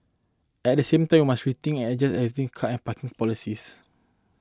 at the same time we must rethink and adjust existing car and car parking policies